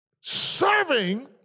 Serving